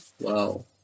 Wow